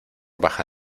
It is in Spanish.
baja